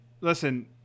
Listen